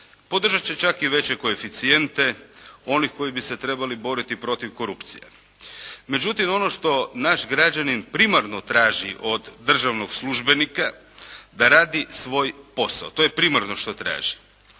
podržati će čak i veće koeficijente, oni koji bi se trebali boriti protiv korupcije. Međutim, ono što naš građanin primarno traži od državnog službenika da radi svoj posao, to je primarno što traži.